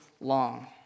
long